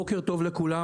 בוקר טוב לכולם.